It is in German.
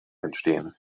entstehen